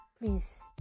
Please